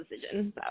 decision